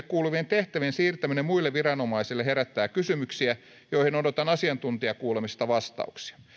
kuuluvien tehtävien siirtäminen muille viranomaisille herättää kysymyksiä joihin odotan asiantuntijakuulemisesta vastauksia